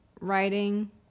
writing